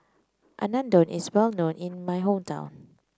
Unadon is well known in my hometown